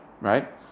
right